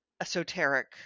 esoteric